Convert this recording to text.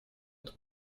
эта